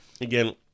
Again